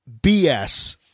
BS